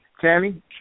Tammy